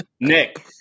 Nick